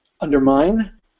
undermine